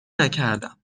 نکردم